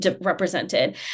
represented